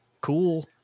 Cool